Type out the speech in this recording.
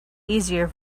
easier